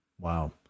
Wow